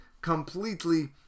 completely